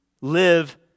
live